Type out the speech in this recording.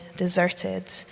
deserted